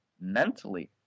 mentally